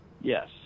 yes